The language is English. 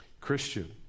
Christian